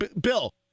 Bill